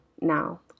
Now